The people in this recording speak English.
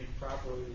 properly